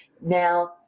Now